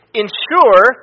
ensure